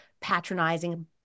patronizing